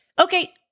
Okay